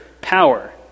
power